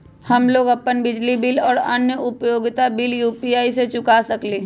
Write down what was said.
हम लोग अपन बिजली बिल और अन्य उपयोगिता बिल यू.पी.आई से चुका सकिली ह